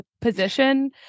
position